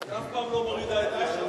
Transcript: היא אף פעם לא מורידה את ראשה.